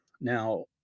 Now